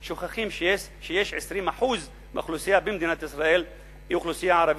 שוכחים שיש 20% מהאוכלוסייה במדינת ישראל שהיא אוכלוסייה ערבית,